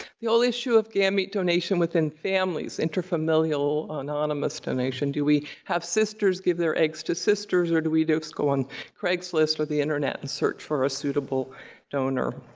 the old issue of gamete donation within families, inter-familial, anonymous donation. do we have sisters give their eggs to sisters or do we just go on craigslist or the internet and search for a suitable donor?